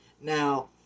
Now